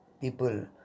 people